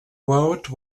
vote